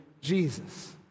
Jesus